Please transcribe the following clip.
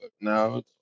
now